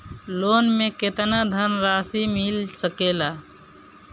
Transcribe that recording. Loan मे केतना धनराशी मिल सकेला?